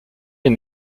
une